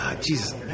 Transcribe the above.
Jesus